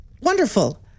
Wonderful